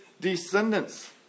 descendants